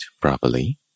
properly